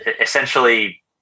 essentially